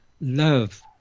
love